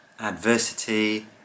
adversity